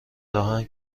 راهن